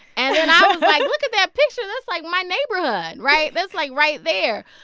and then i. was, like, look at that picture. that's, like, my neighborhood, right? that's, like, right there.